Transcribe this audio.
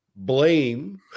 blame